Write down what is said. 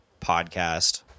podcast